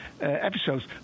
episodes